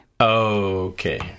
Okay